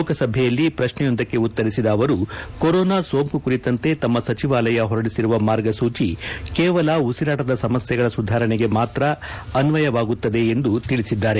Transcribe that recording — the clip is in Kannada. ಲೋಕಸಭೆಯಲ್ಲಿ ಪ್ರಶ್ನೆಯೊಂದಕ್ಕೆ ಉತ್ತರಿಸಿದ ಅವರು ಕೊರೋನಾ ಸೋಂಕು ಕುರಿತಂತೆ ತಮ್ಮ ಸಚಿವಾಲಯ ಹೊರಡಿಸಿರುವ ಮಾರ್ಗಸೂಚಿ ಕೇವಲ ಉಸಿರಾಟದ ಸಮಸ್ಯೆಗಳ ಸುಧಾರಣೆಗೆ ಮಾತ್ರ ಅನ್ವಯವಾಗುತ್ತದೆ ಎಂದು ತಿಳಿಸಿದ್ದಾರೆ